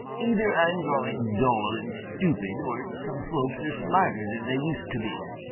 either i'm growing dull and stupid, or some folks are smarter than they used to be.